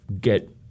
get